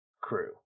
crew